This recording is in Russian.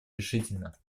решительно